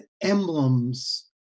emblems